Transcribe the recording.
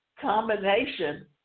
combination